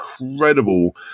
incredible